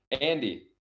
andy